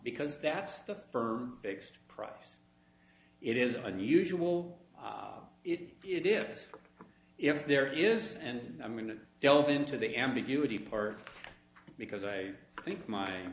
because that's the firm fixed price it is unusual it is as if there is and i'm going to delve into the ambiguity part because i think my